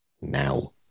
now